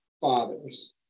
fathers